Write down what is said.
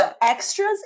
extras